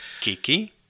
Kiki